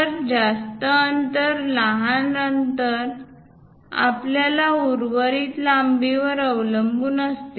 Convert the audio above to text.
तर जास्त अंतर लहान अंतर आपल्या उर्वरित लांबीवर अवलंबून असते